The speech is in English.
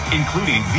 including